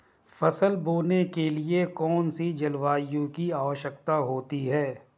फसल बोने के लिए कौन सी जलवायु की आवश्यकता होती है?